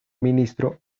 ministro